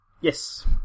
Yes